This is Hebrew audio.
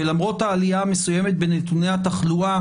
ולמרות העלייה המסוימת בנתוני התחלואה,